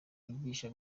yigisha